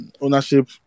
ownership